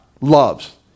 loves